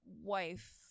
wife